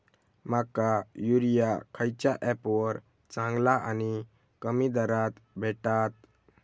माका युरिया खयच्या ऍपवर चांगला आणि कमी दरात भेटात?